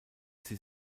sie